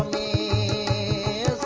e